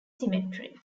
symmetry